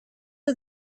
are